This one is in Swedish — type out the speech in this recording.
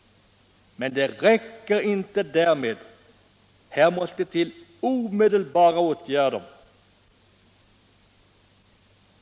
Men det räcker inte därmed —- omedelbara åtgärder måste till.